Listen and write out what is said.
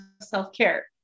self-care